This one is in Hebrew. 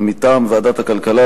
מטעם ועדת הכלכלה,